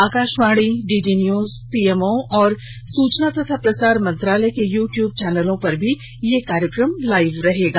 Akashvani D D news P M O और सुचना तथा प्रसार मंत्रालय के यु ट्युब चैनलों पर भी यह कार्यक्रम लाइव उपलब्ध रहेगा